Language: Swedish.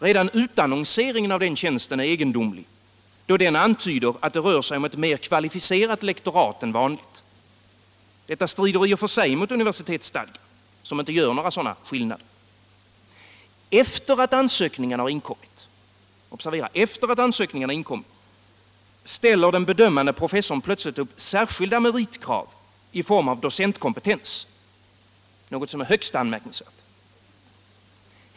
Redan utannonseringen av den tjänsten är egendomlig, då den antyder att det rör sig om ett mer kvalificerat lektorat än vanligt. Detta strider i och för sig mot universitetsstadgan, som inte gör några sådana skillnader. Efter det att ansökningarna har inkommit, ställer den bedömande professorn plötsligt upp särskilda meritkrav i form av docentkompetens, vilket är högst anmärkningsvärt.